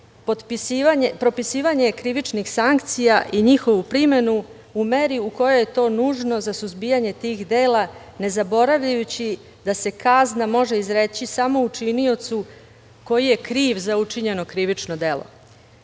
propisivanje krivičnih sankcija i njihovu primenu, u meri u kojoj je to nužno za suzbijanje tih dela, ne zaboravljajući da se kazna može izreći samo učiniocu koji je kriv za učinjeno krivično